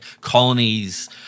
colonies